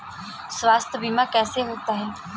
स्वास्थ्य बीमा कैसे होता है?